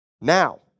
now